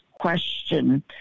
question